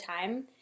time